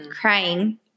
crying